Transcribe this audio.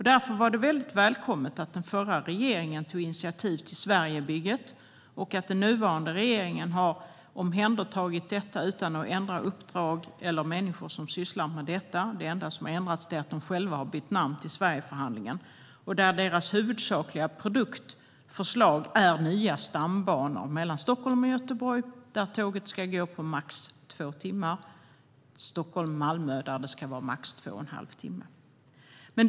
Därför var det välkommet att den förra regeringen tog initiativ till Sverigebygget och att den nuvarande regeringen har omhändertagit detta utan att ändra uppdrag eller byta ut de människor som sysslar med detta. Det enda som har ändrats är att man själv har bytt namn till Sverigeförhandlingen. Deras huvudsakliga förslag är nya stambanor mellan Stockholm och Göteborg där tågresan ska ta max två timmar. Mellan Stockholm och Malmö ska resan ta max två och en halv timme.